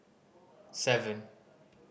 seven